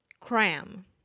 Cram